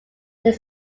there